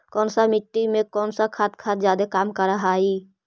कौन सा मिट्टी मे कौन सा खाद खाद जादे काम कर हाइय?